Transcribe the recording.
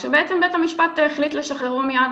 כאשר בעצם בית המשפט החליט לשחררו מיד